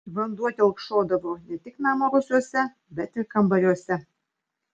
vanduo telkšodavo ne tik namo rūsiuose bet ir kambariuose